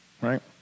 Right